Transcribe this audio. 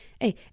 Hey